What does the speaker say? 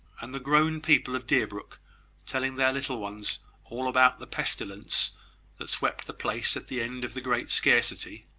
and the grown people of deerbrook telling their little ones all about the pestilence that swept the place at the end of the great scarcity,